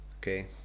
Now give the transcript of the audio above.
okay